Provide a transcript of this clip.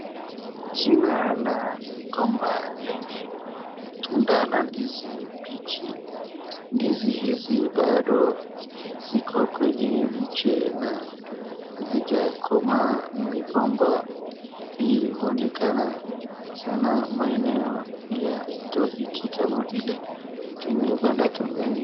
Shina la migomba lenye tunda la ndizi mbichi. Ndizi hizi bado ziko kwenye mche na hazijakomaa. Migomba hii huonekana sana maeneo ya Tropiki kama vile Kenya, Uganda, Tanzania